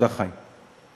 תודה, חיים.